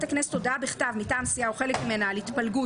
הכנסת הודעה בכתב מטעם סיעה או חלק ממנה על התפלגות